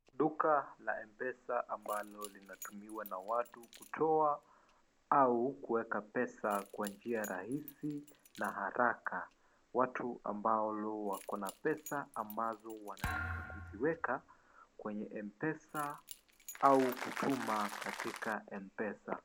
Duka la M-PESA ambalo linatumiwa na watu kutoa au kueka pesa kwa njia rahisi na haraka. Watu ambao wakona pesa ambazo wanataka kuziweka kwenye M-PESA au kutuma katika M-PESA.